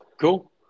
cool